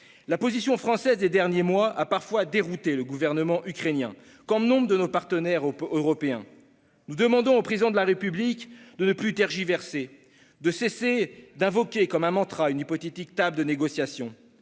La position française des derniers mois a parfois dérouté le gouvernement ukrainien, comme nombre de nos partenaires européens. Nous demandons au Président de la République de ne plus tergiverser, de cesser d'invoquer, comme un mantra, une hypothétique table de négociations.